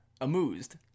Amused